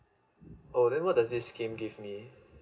oh then what does this scheme give me